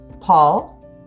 Paul